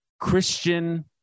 Christian